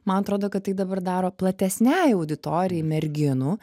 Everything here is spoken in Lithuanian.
man atrodo kad tai dabar daro platesnei auditorijai merginų